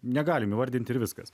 negalim įvardint ir viskas